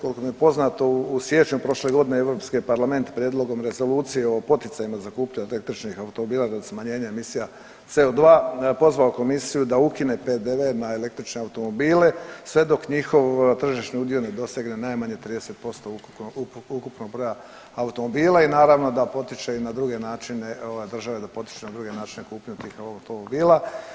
Koliko mi je poznato u siječnju prošle godine Europski je parlament Prijedlogom rezolucije o poticajima za kupnju električnih automobila za smanjenje emisija CO2 pozvao Komisiju da ukine PDV-e na električne automobile sve dok njihov tržišni udio ne dosegne najmanje 30% ukupnog broja automobila i naravno da potiče i na druge načine države da potiču … [[ne razumije se]] kupnju automobila.